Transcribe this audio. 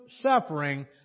suffering